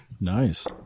Nice